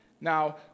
Now